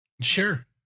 Sure